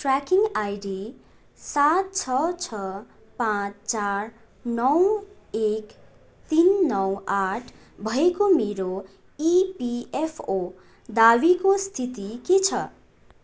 tracking ID सात छ छ पाँच चार नौ एक तिन नौ आठ भएको मेरो इपिएफओ दावीको स्थिति के छ